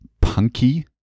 punky